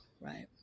right